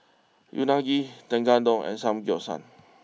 Unagi Tekkadon and Samgeyopsal